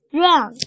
run